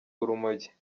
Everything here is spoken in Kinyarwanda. urumogi